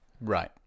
Right